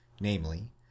namely